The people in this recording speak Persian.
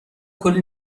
کلی